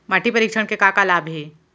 माटी परीक्षण के का का लाभ हे?